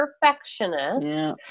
perfectionist